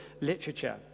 literature